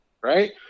right